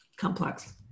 Complex